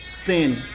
sin